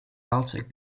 baltic